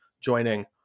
joining